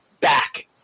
Back